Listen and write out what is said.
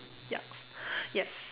yup yes